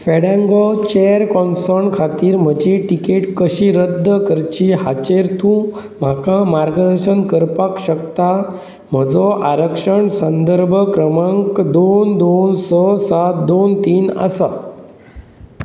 फेडेंगोचेर कॉन्सॉण खातीर म्हजी तिकेट कशी रद्द करची हाचेर तूं म्हाका मार्गदर्शन करपाक शकता म्हजो आरक्षण संदर्भ क्रमांक दोन दोन स सात दोन तीन आसा